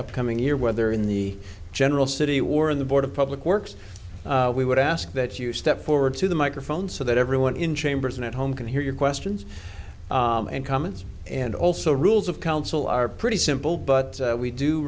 upcoming year whether in the general city or in the board of public works we would ask that you step forward to the microphone so that everyone in chambers and at home can hear your questions and comments and also rules of council are pretty simple but we do